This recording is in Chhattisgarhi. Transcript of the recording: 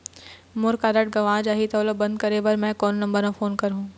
मोर कारड गंवा जाही त ओला बंद करें बर मैं कोन नंबर म फोन करिह?